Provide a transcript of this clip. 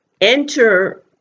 enter